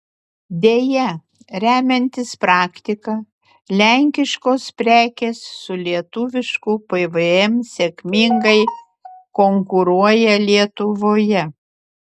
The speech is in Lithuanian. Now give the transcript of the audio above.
deja remiantis praktika lenkiškos prekės su lietuvišku pvm sėkmingai konkuruoja lietuvoje